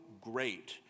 great